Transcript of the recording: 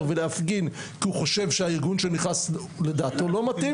ולהפגין כי הוא חושב שהארגון שנכנס לדעתו לא מתאים,